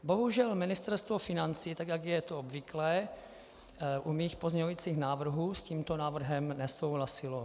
Bohužel Ministerstvo financí, tak jak je to obvyklé u mých pozměňovacích návrhů, s tímto návrhem nesouhlasilo.